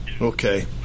Okay